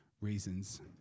reasons